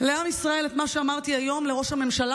לעם ישראל את מה שאמרתי היום לראש הממשלה